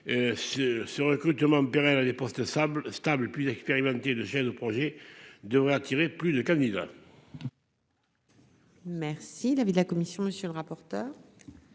ce recrutement pérenne des postes sables stable plus expérimentés de chef de projet devrait attirer plus de candidats. Merci l'avis de la commission, monsieur le rapporteur.